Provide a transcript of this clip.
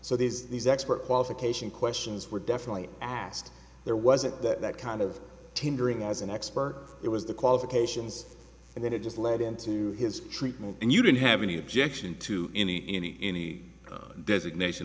so these these expert qualification questions were definitely asked there wasn't that kind of tendering as an expert it was the qualifications and then it just led into his treatment and you didn't have any objection to any any any designat